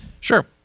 Sure